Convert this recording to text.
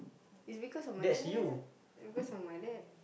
is because of my dad because of my dad